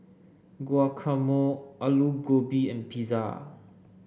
Guacamole Alu Gobi and Pizza